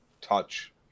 touch